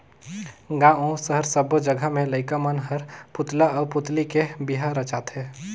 गांव अउ सहर सब्बो जघा में लईका मन हर पुतला आउ पुतली के बिहा रचाथे